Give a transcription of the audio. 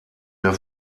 der